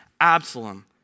Absalom